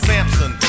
Samson